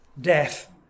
death